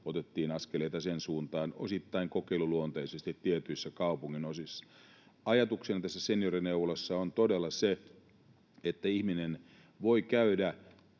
otettiin askeleita sen suuntaan — osittain, kokeiluluonteisesti tietyissä kaupunginosissa. Ajatuksena tässä seniorineuvolassa on todella se, että ihminen voi käydä